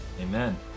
Amen